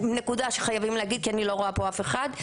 ונקודה שחייבים להגיד, כי אני לא רואה פה אף אחד.